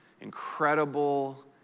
incredible